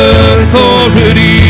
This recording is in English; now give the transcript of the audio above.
authority